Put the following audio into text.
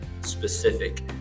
specific